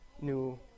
new